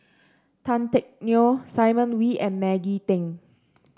Tan Teck Neo Simon Wee and Maggie Teng